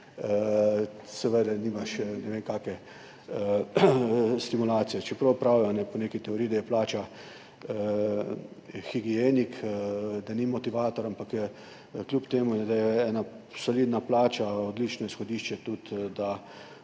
seveda nimaš ne vem kakšne stimulacije. Čeprav pravijo po neki teoriji, da je plača higienik, da ni motivator, ampak kljub temu je ena solidna plača odlično izhodišče, tudi